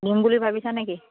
দিম বুলি ভাবিছা নেকি